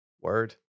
Word